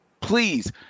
please